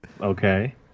Okay